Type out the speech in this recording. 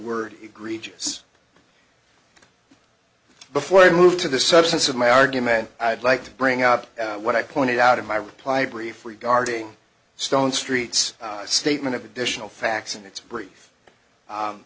word egregious before i move to the substance of my argument i'd like to bring up what i pointed out in my reply brief regarding stone street's statement of additional facts and its